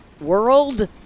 World